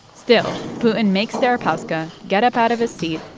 still, putin makes deripaska get up out of his seat,